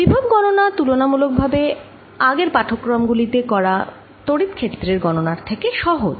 বিভব গণনা তুলনামূলক ভাবে আগের পাঠক্রমে করা তড়িৎ ক্ষেত্রের গণনার থেকে সহজ